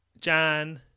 Jan